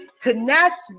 connect